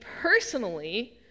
personally